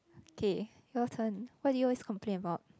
okay your turn what do you wants complaint about